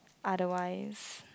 otherwise